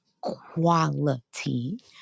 quality